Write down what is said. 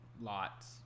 lots